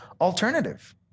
alternative